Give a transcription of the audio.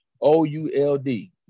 O-U-L-D